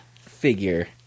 figure